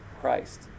Christ